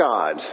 God